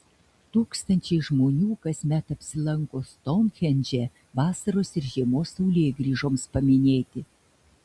tūkstančiai žmonių kasmet apsilanko stounhendže vasaros ir žiemos saulėgrįžoms paminėti